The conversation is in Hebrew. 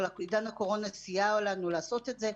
ועידן הקורונה סייע לנו לעשות את זה.